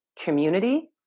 community